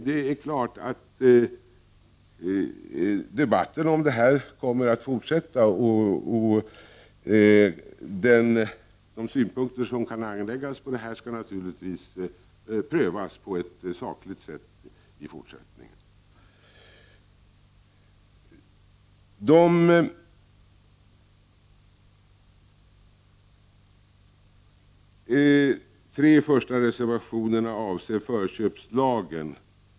Det är klart att debatten om detta kommer att fortsätta, och de synpunkter som kan anläggas skall naturligtvis prövas på ett sakligt sätt i fortsättningen. De tre första reservationerna avser förköpslagen.